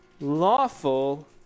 Lawful